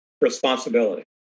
responsibility